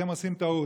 אתם עושים טעות.